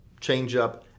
changeup